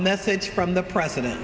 message from the president